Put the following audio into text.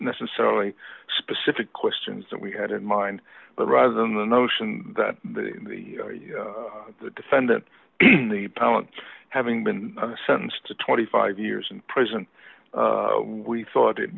necessarily specific questions that we had in mind but rather than the notion that the defendant the pallant having been sentenced to twenty five years in prison we thought it